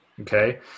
Okay